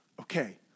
Okay